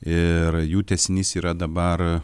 ir jų tęsinys yra dabar